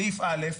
סעיף א',